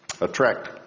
attract